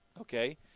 Okay